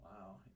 Wow